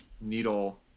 needle